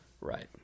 Right